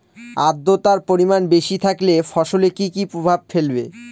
আদ্রর্তার পরিমান বেশি থাকলে ফসলে কি কি প্রভাব ফেলবে?